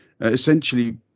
essentially